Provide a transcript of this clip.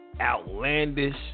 Outlandish